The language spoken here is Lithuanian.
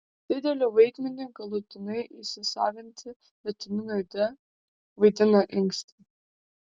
didelį vaidmenį galutinai įsisavinti vitaminui d vaidina inkstai